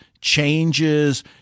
changes